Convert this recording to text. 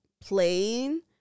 playing